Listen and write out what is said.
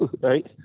right